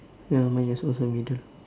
ya mine is also middle